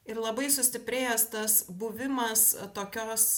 ir labai sustiprėjęs tas buvimas tokios